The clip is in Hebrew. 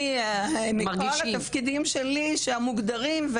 מכל התפקידים המוגדרים שלי,